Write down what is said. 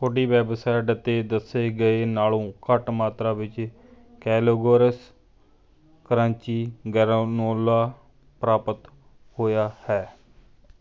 ਤੁਹਾਡੀ ਵੈਬਸਾਈਟ ਅਤੇ ਦੱਸੇ ਗਏ ਨਾਲੋਂ ਘੱਟ ਮਾਤਰਾ ਵਿੱਚ ਕੈਲੋਗਰਸ ਕਰੰਚੀ ਗ੍ਰੈਨੋਲਾ ਪ੍ਰਾਪਤ ਹੋਇਆ ਹੈ